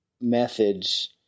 methods